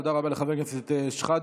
תודה רבה לחבר הכנסת שחאדה.